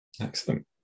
Excellent